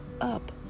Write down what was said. up